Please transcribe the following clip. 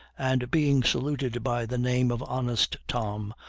and, being saluted by the name of honest tom,